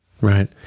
Right